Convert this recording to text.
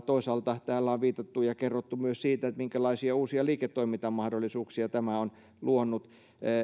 toisaalta täällä on viitattu ja kerrottu myös siitä minkälaisia uusia liiketoimintamahdollisuuksia tämä on luonut